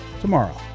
tomorrow